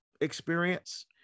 experience